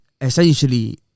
essentially